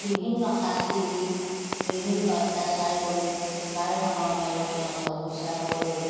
বিভিন্ন শাস্তি দি বিভিন্ন অত্যাচাৰ কৰি বাৰে কামৰ মেলত তেওঁলোকক বিচাৰকলৈ